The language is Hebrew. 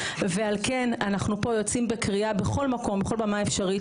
ועל כן אנחנו פה יוצאים בקריאה בכל מקום בכל במה אפשרית,